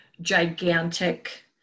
gigantic